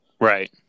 Right